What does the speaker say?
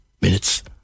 minutes